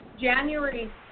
January